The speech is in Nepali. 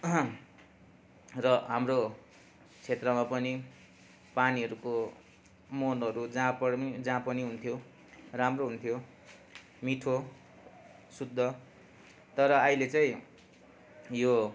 र हाम्रो क्षेत्रमा पनि पानीहरूको मुहानरू जहाँ पनि जहाँ पनि हुन्थ्यो राम्रो हुन्थ्यो मिठो शुद्ध तर अहिले चाहिँ यो